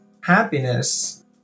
happiness